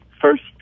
first